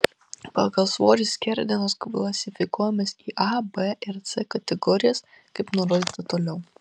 pagal svorį skerdenos klasifikuojamos į a b ir c kategorijas kaip nurodyta toliau